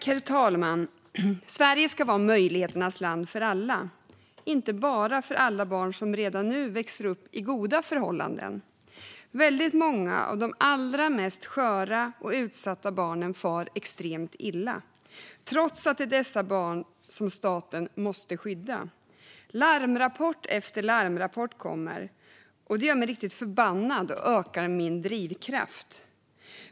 Herr talman! Sverige ska vara möjligheternas land för alla, inte bara för alla barn som redan nu växer upp under goda förhållanden. Väldigt många av de allra mest sköra och utsatta barnen far extremt illa, trots att det är dessa barn staten måste skydda. Larmrapport efter larmrapport kommer. Det gör mig riktigt förbannad och ökar min drivkraft.